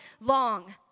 long